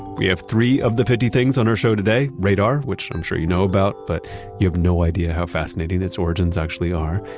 we have three of the fifty things on our show today. radar, which i'm sure you know about, but you have no idea how fascinating its origins actually are,